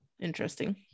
interesting